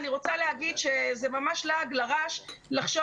אני רוצה להגיד שזה ממש לעג לרש לחשוב